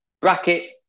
bracket